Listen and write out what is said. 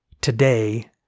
today